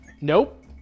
Nope